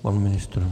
Pan ministr?